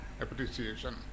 appreciation